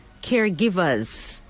caregivers